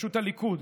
בראשות הליכוד,